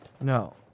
No